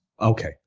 Okay